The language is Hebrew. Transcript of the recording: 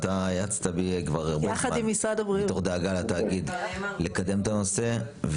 אתה האצת בי כבר הרבה זמן מתוך דאגה לתאגיד לקדם את הנושא.